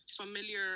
familiar